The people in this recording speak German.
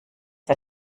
der